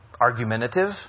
Argumentative